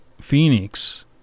Phoenix